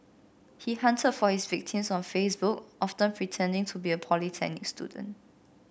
he hunted for his victims on Facebook often pretending to be a polytechnic student